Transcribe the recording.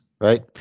right